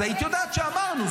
היית יודעת שאמרנו,